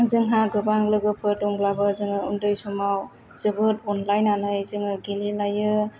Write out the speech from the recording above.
जोंहा गोबां लोगोफोर दंब्लाबो जोङो उन्दै समाव जोबोद आनलायनानै जोङो गेले लायो